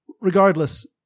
regardless